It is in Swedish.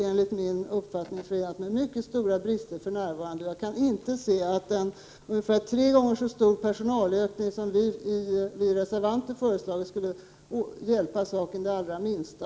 Enligt min uppfattning finns det för närvarande mycket stora brister vad gäller effektivitet inom departementet, och jag kan inte förstå att en personalökning som är tre gånger så stor som den som vi reservanter föreslår skulle hjälpa saken det allra minsta.